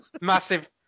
massive